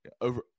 over